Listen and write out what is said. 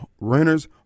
renters